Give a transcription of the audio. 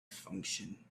function